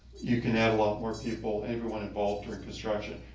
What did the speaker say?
you can add a lot more people. everyone involved during construction.